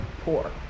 poor